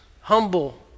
humble